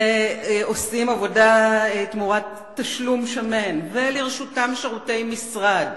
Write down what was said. שעושים עבודה תמורת תשלום שמן ולרשותם שירותי משרד,